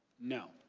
no.